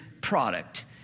product